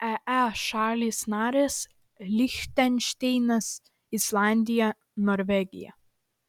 eee šalys narės lichtenšteinas islandija norvegija